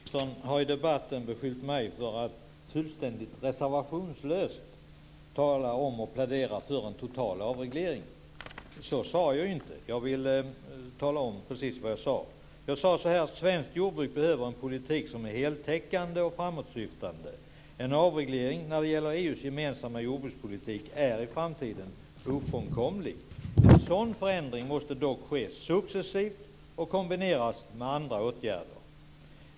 Fru talman! Jordbruksministern har i debatten beskyllt mig för att fullständigt reservationslöst tala om och plädera för en total avreglering. Så sade jag inte. Jag vill tala om precis vad jag sade. Jag sade att svenskt jordbruk behöver en politik som är heltäckande och framåtsyftande. En avreglering när det gäller EU:s gemensamma jordbrukspolitik är i framtiden ofrånkomlig. En sådan förändring måste dock ske successivt och kombineras med andra åtgärder.